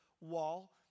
wall